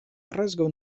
preskaŭ